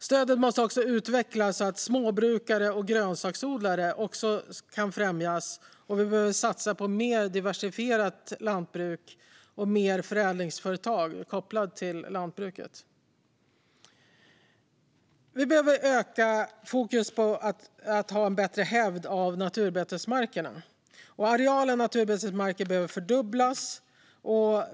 Stödet måste utvecklas så att också småbrukare och grönsaksodlare kan främjas. Vi behöver satsa på mer diversifierat lantbruk och fler förädlingsföretag kopplade till lantbruket. Vi behöver öka fokus på att hävda naturbetesmarkerna, och arealen naturbetesmarker måste fördubblas.